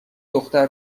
دختر